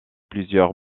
plusieurs